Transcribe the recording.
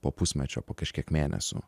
po pusmečio po kažkiek mėnesių